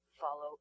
follow